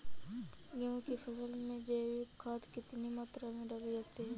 गेहूँ की फसल में जैविक खाद कितनी मात्रा में डाली जाती है?